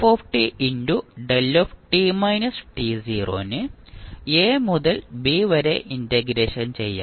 f𝜹 ന് a മുതൽ b വരെ ഇന്റഗ്രേഷൻ ചെയ്യാം